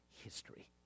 history